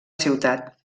ciutat